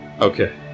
Okay